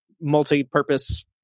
multi-purpose